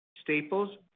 staples